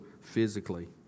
physically